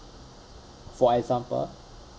for example